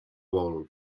vol